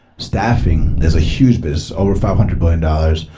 staffing is a huge business. over five hundred million dollars.